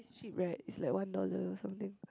cheap right it's like one dollar or something